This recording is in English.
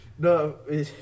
No